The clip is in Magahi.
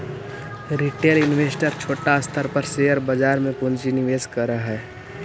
रिटेल इन्वेस्टर छोटा स्तर पर शेयर बाजार में पूंजी निवेश करऽ हई